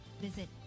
visit